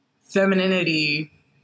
femininity